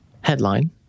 headline